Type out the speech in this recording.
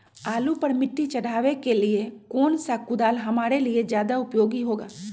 आलू पर मिट्टी चढ़ाने के लिए कौन सा कुदाल हमारे लिए ज्यादा उपयोगी होगा?